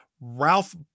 Ralph